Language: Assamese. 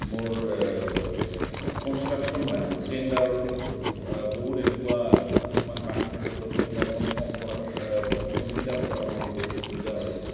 মোৰ কনষ্ট্ৰাক্যন লাইনত টেণ্ডাৰৰ ক্ষেত্ৰত বহুত এনেকুৱা কিছুমান পাছ থাকে য'ত টেণ্ডাৰখন ফৰ্ম কৰাত ফৰ্মখন ফিল আপ কৰাত মোৰ বহুত অসুবিধা হয়